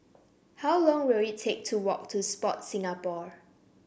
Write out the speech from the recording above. how long will it take to walk to Sport Singapore